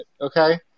okay